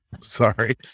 sorry